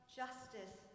justice